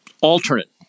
alternate